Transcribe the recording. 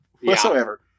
whatsoever